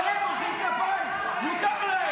אבל הם מוחאים כפיים, מותר להם.